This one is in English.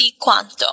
quanto